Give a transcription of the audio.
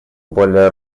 более